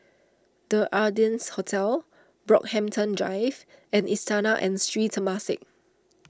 the Ardennes Hotel Brockhampton Drive and Istana and Sri Temasek